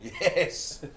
Yes